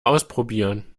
ausprobieren